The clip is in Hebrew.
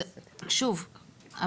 שוב,